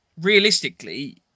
Realistically